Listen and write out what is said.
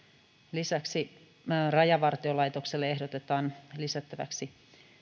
lisäksi rajavartiolaitokselle ehdotetaan lisättäväksi